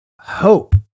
hope